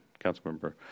Councilmember